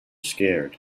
scared